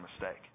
mistake